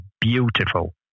beautiful